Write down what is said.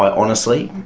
honestly,